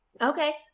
Okay